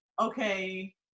okay